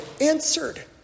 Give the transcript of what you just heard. answered